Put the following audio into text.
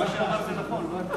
מה שאמר זה נכון, זועְבי,